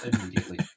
immediately